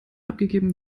abgegeben